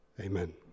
Amen